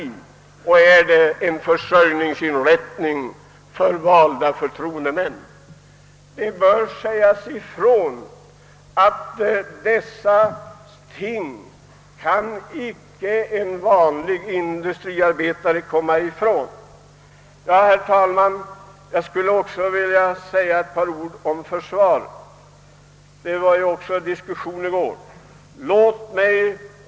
Är den en försörjningsinrättning för valda förtroendemän? Sådana företeelser kan icke en vanlig industriarbetare komma ifrån att begrunda. Herr talman! Jag skulle också vilja säga ett par ord om försvaret, som diskuterades redan i går.